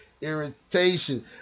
irritation